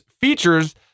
features